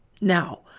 Now